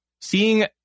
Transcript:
Seeing